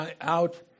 out